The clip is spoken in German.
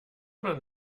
man